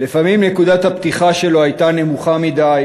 לפעמים נקודת הפתיחה שלו הייתה נמוכה מדי,